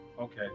okay